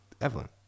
evelyn